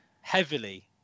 heavily